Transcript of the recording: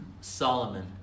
Solomon